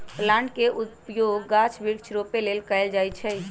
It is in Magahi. प्लांट के उपयोग गाछ वृक्ष रोपे लेल कएल जाइ छइ